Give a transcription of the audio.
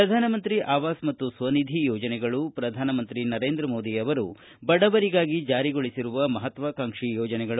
ಪ್ರಧಾನಮಂತ್ರಿ ಆವಾಸ್ ಮತ್ತು ಸ್ವನಿಧಿ ಯೋಜನೆಗಳು ಪ್ರಧಾನಮಂತ್ರಿ ನರೇಂದ್ರ ಮೋದಿಯವರು ಬಡವರಿಗಾಗಿ ಜಾರಿಗೊಳಿಸಿರುವ ಮಹತ್ವಾಕಾಂಕ್ಷಿ ಯೋಜನೆಗಳು